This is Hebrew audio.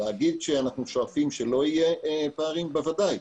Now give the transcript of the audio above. להגיד שאנחנו שואפים שלא יהיו פערים בוודאי.